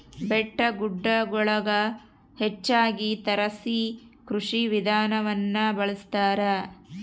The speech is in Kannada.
ಬೆಟ್ಟಗುಡ್ಡಗುಳಗ ಹೆಚ್ಚಾಗಿ ತಾರಸಿ ಕೃಷಿ ವಿಧಾನವನ್ನ ಬಳಸತಾರ